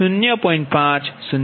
5 છે